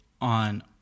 on